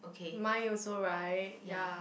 mine also right ya